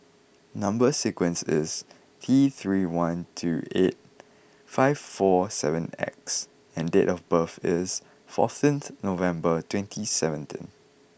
number sequence is T three one two eight five four seven X and date of birth is fourteenth November twenty seventeen